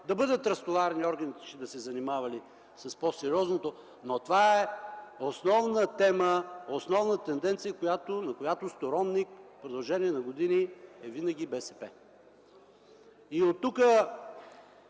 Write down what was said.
да бъдат разтоварени органите, за да се занимавали с по-сериозното. Но това е основна тенденция, на която сторонник в продължение на години е винаги БСП. Оттук